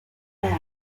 badge